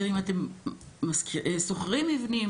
אתם שוכרים מבנים